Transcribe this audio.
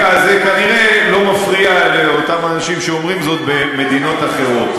והרקע הזה כנראה לא מפריע לאותם אנשים שאומרים זאת במדינות אחרות.